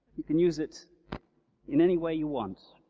you can use it in any way you want.